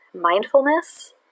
mindfulness